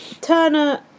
Turner